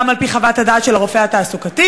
גם על-פי חוות הדעת של הרופא התעסוקתי,